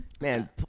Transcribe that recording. Man